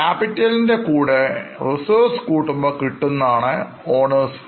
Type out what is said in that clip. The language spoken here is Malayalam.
ക്യാപിറ്റൽ നിൻറെകൂടെ Resrves കൂട്ടുമ്പോൾ കിട്ടുന്നതാണ്Owners Funds